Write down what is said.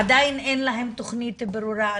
עדיין אין להם תכנית ברורה.